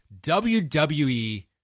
WWE